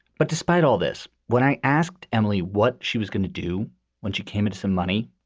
but despite all this, when i asked emily what she was going to do when she came into some money,